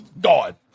God